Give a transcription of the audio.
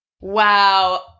Wow